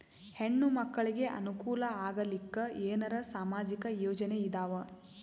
ಹೆಣ್ಣು ಮಕ್ಕಳಿಗೆ ಅನುಕೂಲ ಆಗಲಿಕ್ಕ ಏನರ ಸಾಮಾಜಿಕ ಯೋಜನೆ ಇದಾವ?